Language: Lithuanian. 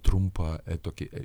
trumpą tokį